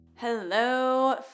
Hello